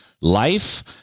life